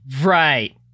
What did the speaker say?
Right